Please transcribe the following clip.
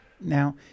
Now